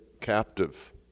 captive